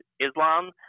Islam